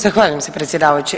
Zahvaljujem se predsjedavajući.